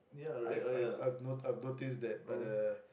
I've I've I've not~ I've notice that but the